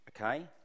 Okay